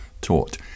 taught